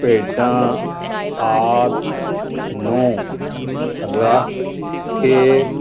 ਭੇਡਾਂ ਆਦਿ ਨੂੰ ਰੱਖ ਕੇ